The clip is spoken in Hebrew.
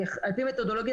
על פי מתודולוגיה